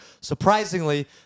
surprisingly